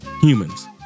humans